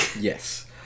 yes